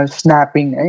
snapping